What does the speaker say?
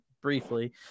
briefly